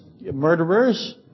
murderers